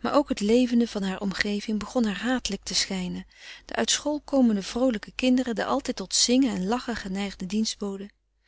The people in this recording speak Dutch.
maar ook het levende van haar omgeving begon haar hatelijk te schijnen de uit school komende vroolijke kinderen de altijd tot zingen en lachen geneigde dienstboden